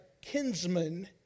kinsman